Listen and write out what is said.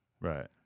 Right